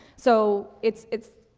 so it's, it's,